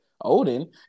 Odin